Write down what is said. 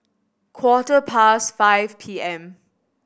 quarter past five P M